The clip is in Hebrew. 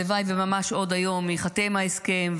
הלוואי שממש עוד היום ייחתם ההסכם,